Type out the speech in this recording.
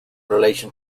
relation